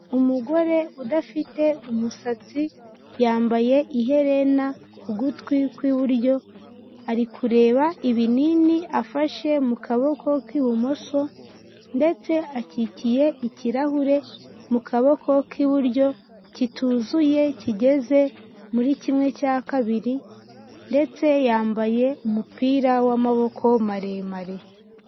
Umugore udafite umusatsi yambaye iherena ku gutwi kw'iburyo ari kureba ibinini afashe mu kaboko k'ibumoso ndetse akikiye ikirahure mu kaboko k'iburyo kituzuye kigeze muri kimwe cya kabiri ndetse yambaye umupira w'amaboko maremare.